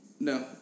No